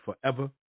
forever